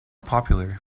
popular